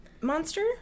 monster